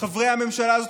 חברי הממשלה הזאת,